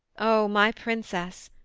o my princess!